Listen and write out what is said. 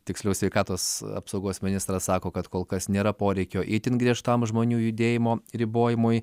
tiksliau sveikatos apsaugos ministras sako kad kol kas nėra poreikio itin griežtam žmonių judėjimo ribojimui